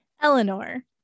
Eleanor